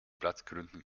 platzgründen